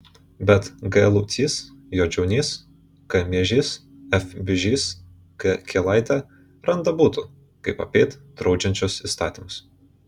bet g laucys j žiaunys k miežys f bižys k kielaitė randa būdų kaip apeit draudžiančius įstatymus